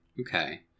Okay